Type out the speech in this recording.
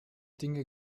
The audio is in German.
dinge